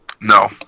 No